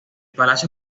palacio